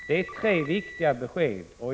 Det är tre viktiga besked.